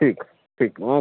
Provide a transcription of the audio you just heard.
ٹھیک ٹھیک اوکے